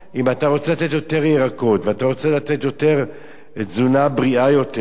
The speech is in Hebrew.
אם אתה רוצה לתת יותר ירקות ואתה רוצה לתת תזונה בריאה יותר,